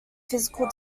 physical